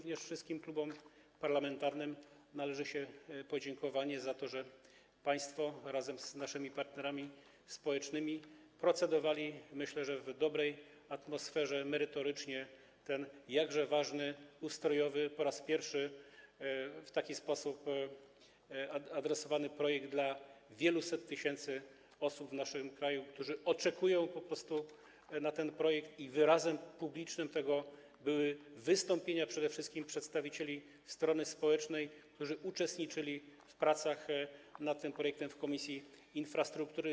Także wszystkim klubom parlamentarnym należy się podziękowanie za to, że państwo razem z naszymi partnerami społecznymi procedowali - myślę, że w dobrej atmosferze, merytorycznie - nad tym jakże ważnym, ustrojowym projektem, po raz pierwszy w taki sposób adresowanym, do wieluset tysięcy osób w naszym kraju, które oczekują po prostu na niego, a publicznym wyrazem tego były wystąpienia przede wszystkim przedstawicieli strony społecznej, którzy uczestniczyli w pracach nad tym projektem w Komisji Infrastruktury.